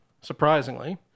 surprisingly